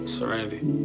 Serenity